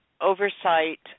oversight